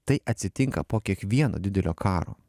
tai atsitinka po kiekvieno didelio karo